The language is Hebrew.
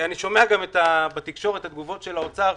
שמעתי בתקשורת את התגובות של משרד האוצר,